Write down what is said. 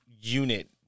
unit